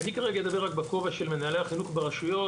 אני כרגע אדבר בכובע של מנהלי החינוך ברשויות,